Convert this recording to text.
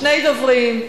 שני דוברים,